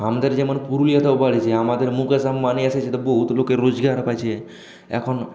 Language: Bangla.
আমাদের যেমন পুরুলিয়াতে বাড়িছে আমাদের মুকেশ আম্বানি এসেছিল বহুত লোকের রোজগার আমাদের পেয়েছে এখনও